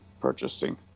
purchasing